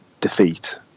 Defeat